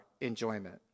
enjoyment